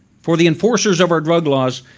for the enforcers of our drug laws,